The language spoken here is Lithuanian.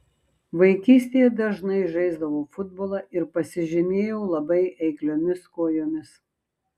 vaikystėje dažnai žaisdavau futbolą ir pasižymėjau labai eikliomis kojomis